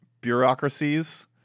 bureaucracies